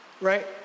right